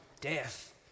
death